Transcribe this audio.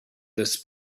this